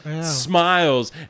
smiles